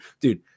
Dude